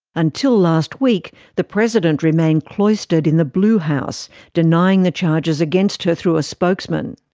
until last week, the president remained cloistered in the blue house, denying the charges against her through a spokesman.